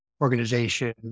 organization